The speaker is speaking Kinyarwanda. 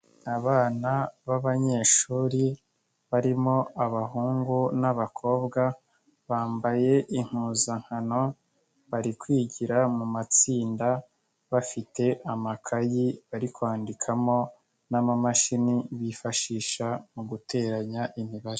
Abana b'abanyeshuri barimo abahungu n'abakobwa, bambaye impuzankano bari kwigira mu matsinda bafite amakayi bari kwandikamo n'amamashini bifashisha mu guteranya imibare.